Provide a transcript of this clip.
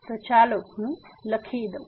તો ચાલો હું તે લખી દઉં